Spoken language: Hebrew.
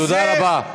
תודה רבה.